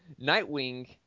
Nightwing